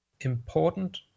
important